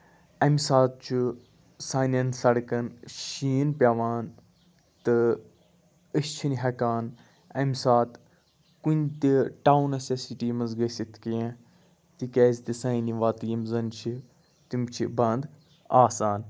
اَمہِ ساتہٕ چھُ سانٮ۪ن سَڑکَن شیٖن پٮ۪وان تہٕ أسۍ چھِنہٕ ہٮ۪کان اَمہِ ساتہٕ کُنہِ تہِ ٹاونَس یا سٹی منٛز گژھِتھ کیٚنہہ تِکیازِ کہِ سانہِ وَتہٕ یِم زَن چھُ تِم چھِ بَند آسان